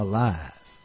Alive